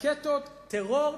רקטות, טרור.